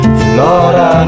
flora